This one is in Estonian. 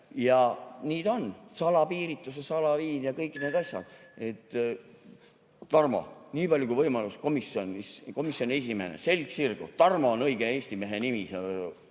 Ja nii ta on, salapiiritus, salaviin ja kõik need asjad. Tarmo, niipalju kui on võimalust, komisjoni esimehena selg sirgu! Tarmo on õige Eesti mehe nimi.